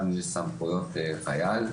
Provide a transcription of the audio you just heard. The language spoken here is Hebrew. לנו יש סמכויות חייל,